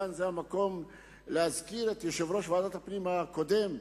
כאן המקום להזכיר את יושב-ראש ועדת הפנים הקודם,